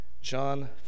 John